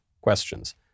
questions